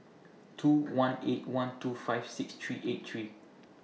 two one eight one two five six three eight three